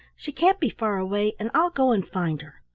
she can't be far away and i'll go and find her.